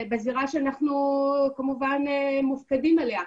בזירה שאנחנו כמובן מופקדים עליה,